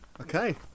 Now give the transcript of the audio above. Okay